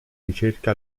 ricerca